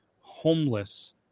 homeless